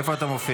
איפה אתה מופיע?